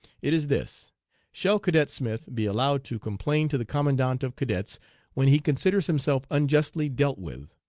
it is this shall cadet smith be allowed to complain to the commandant of cadets when he considers himself unjustly dealt with?